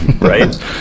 right